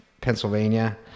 Pennsylvania